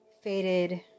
faded